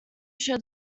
show